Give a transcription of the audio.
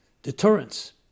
deterrence